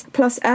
Plus